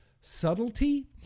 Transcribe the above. subtlety